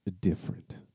different